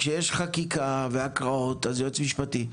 כשיש חקיקה והקראות יש יועץ משפטי.